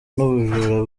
n’ubujura